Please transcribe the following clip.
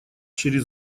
через